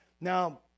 Now